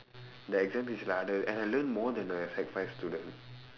the exam is like harder and I learn more than a sec five student